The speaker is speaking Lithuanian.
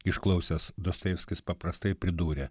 išklausęs dostojevskis paprastai pridūrė